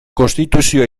konstituzioa